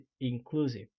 inclusive